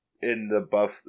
in-the-buff